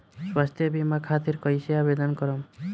स्वास्थ्य बीमा खातिर कईसे आवेदन करम?